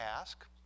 ask